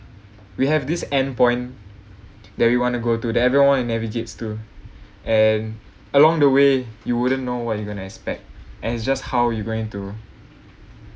we have this endpoint that we want to go to that everyone navigates to and along the way you wouldn't know what you going expect and it's just how you going to